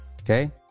Okay